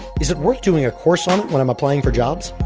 is it worth doing a course on it when i'm applying for jobs?